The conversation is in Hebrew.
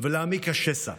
ולהעמיק את השסע.